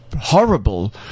horrible